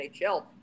NHL